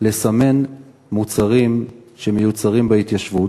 לסימון מוצרים שמיוצרים בהתיישבות,